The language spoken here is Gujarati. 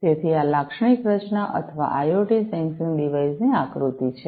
તેથી આ લાક્ષણિક રચના અથવા આઇઓટી સેન્સિંગ ડિવાઇસ ની આકૃતિ છે